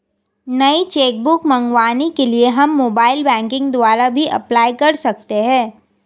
नई cheque book मंगवाने के लिए हम मोबाइल बैंकिंग द्वारा भी अप्लाई कर सकते है